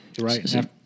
Right